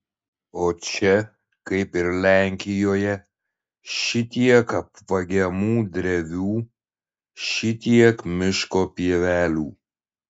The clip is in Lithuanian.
o čia kaip ir lenkijoje šitiek apvagiamų drevių šitiek miško pievelių